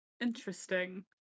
Interesting